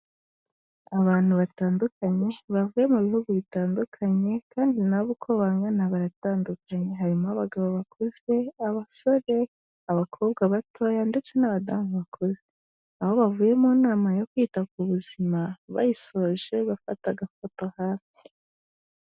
Abantu batandukanye bavuye mu bihugu bitandukanye kandi nabo uko bangana baratandukanye harimo abagabo bakuze, abasore, abakobwa batoya ndetse n'abadamu bakuze, aho bavuye mu nama yo kwita ku buzima bayisoje bafata agafoto hasi.